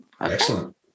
Excellent